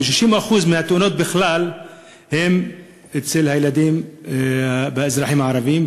ו-60% מהתאונות בכלל הן בקרב הילדים האזרחים הערבים.